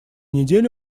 неделе